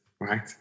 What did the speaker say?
right